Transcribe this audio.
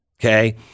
Okay